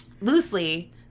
loosely